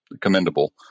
commendable